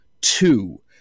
two